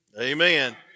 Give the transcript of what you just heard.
Amen